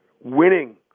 winning